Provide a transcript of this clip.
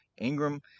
Ingram